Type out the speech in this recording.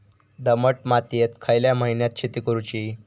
दमट मातयेत खयल्या महिन्यात शेती करुची?